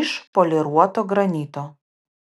iš poliruoto granito